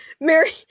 Mary